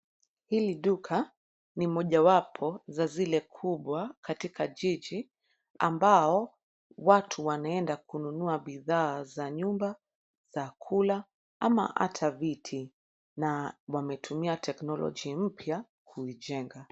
Hili duka, ni mojawapo za zile kubwa, katika jiji, ambao, watu wanaenda kununua bidhaa za nyumba, za kula, ama hata viti, na wametumia technology mpya kuijenga.